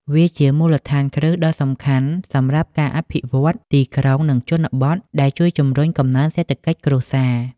វាជាមូលដ្ឋានគ្រឹះដ៏សំខាន់សម្រាប់ការអភិវឌ្ឍទីក្រុង និងជនបទ ដែលជួយជំរុញកំណើនសេដ្ឋកិច្ចគ្រួសារ។